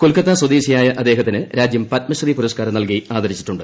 കൊൽക്കത്ത സ്വദേശിയായ അദ്ദേഹത്തിന് രാജ്യം പത്മശ്രീ പുരസ്ക്കാരം നൽകി ആദരിച്ചിട്ടുണ്ട്